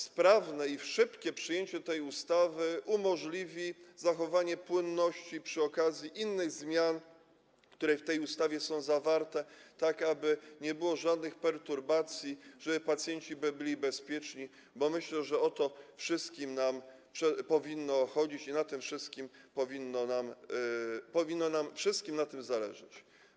Sprawne i szybkie przyjęcie tej ustawy umożliwi zachowanie płynności przy okazji innych zmian, które w tej ustawie są zawarte, tak aby nie było żadnych perturbacji, żeby pacjenci byli bezpieczni, bo myślę, że o to wszystkim nam powinno chodzić i na tym wszystkim nam powinno zależeć.